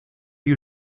you